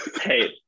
Hey